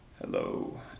Hello